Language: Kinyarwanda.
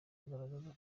bugaragaza